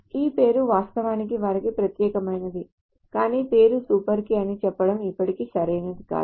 ఈ పేరు వాస్తవానికి వారికి ప్రత్యేకమైనది కానీ పేరు సూపర్ కీ అని చెప్పడం ఇప్పటికీ సరైనది కాదు